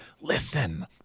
listen